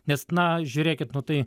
nes na žiūrėkit nu tai